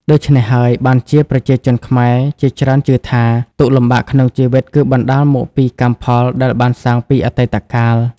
ដូច្នេះហើយបានជាប្រជាជនខ្មែរជាច្រើនជឿថា ទុក្ខលំបាកក្នុងជីវិតគឺបណ្ដាលមកពីកម្មផលដែលបានសាងពីអតីតកាល។